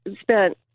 spent